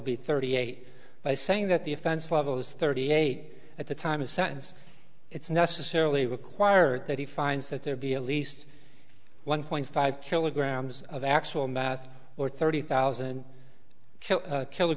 b thirty eight by saying that the offense level is thirty eight at the time a sentence it's necessarily required that he finds that there be a least one point five kilograms of actual math or thirty thousand kille